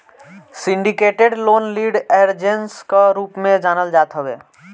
syndicated loan lead arrangers कअ रूप में जानल जात हवे